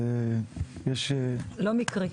וזה לא מקרי.